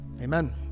Amen